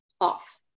off